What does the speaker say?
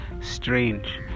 strange